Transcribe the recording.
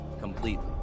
completely